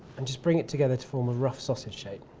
and just bring it together to form a rough sausage shape.